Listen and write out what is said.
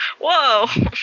Whoa